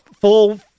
full